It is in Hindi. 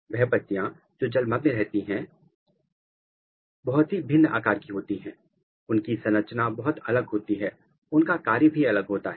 वह पत्तियां जो जल मग्न रहती हैं रहती है मैं बहुत ही भिन्न आकार की होती हैं उनकी संरचना बहुत अलग होती है उनका कार्य भी अलग होता है